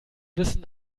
wissen